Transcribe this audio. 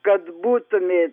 kad būtumėt